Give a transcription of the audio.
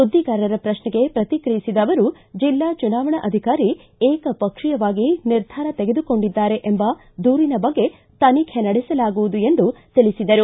ಸುದ್ದಿಗಾರರ ಪ್ರಶ್ನೆಗೆ ಪ್ರಕಿಕಿಯಿಸಿದ ಅವರು ಜಿಲ್ಲಾ ಚುನಾವಣಾಧಿಕಾರಿ ಏಕಪಕ್ಷೀಯವಾಗಿ ನಿರ್ಧಾರ ತೆಗೆದುಕೊಂಡಿದ್ದಾರೆ ಎಂಬ ದೂರಿನ ಬಗ್ಗೆ ತನಿಖೆ ನಡೆಸಲಾಗುವುದು ಎಂದು ತಿಳಿಸಿದರು